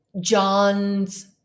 John's